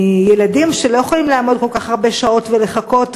ילדים שלא יכולים לעמוד כל כך הרבה שעות ולחכות,